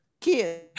Kid